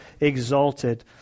exalted